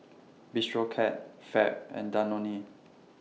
Bistro Cat Fab and Danone